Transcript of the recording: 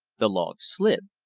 the log slid.